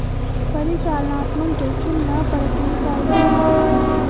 परिचालनात्मक जोखिम ना परखने का यही नुकसान है